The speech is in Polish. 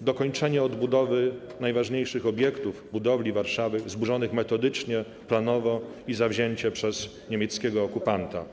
dokończenie odbudowy najważniejszych obiektów, budowli Warszawy zburzonych metodycznie, planowo i zawzięcie przez niemieckiego okupanta.